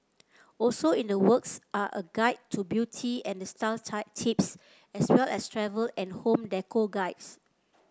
also in the works are a guide to beauty and style tips as well as travel and home decor guides